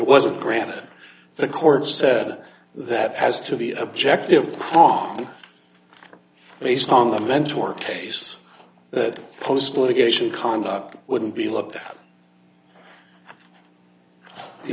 it wasn't granted the court said that has to be objective based on the mentor case that post litigation conduct wouldn't be looked at the